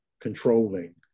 controlling